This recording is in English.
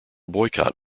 boycott